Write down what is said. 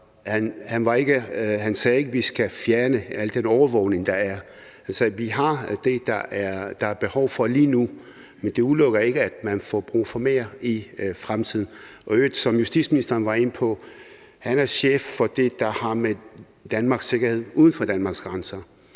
han sagde ikke, at vi skal fjerne al den overvågning, der er. Han sagde, at vi har det, der er behov for lige nu, men at det ikke udelukker, at man får brug for mere i fremtiden. I øvrigt er han, som justitsministeren var inde på, chef for det, der har med Danmarks sikkerhed uden for Danmarks grænser